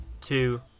two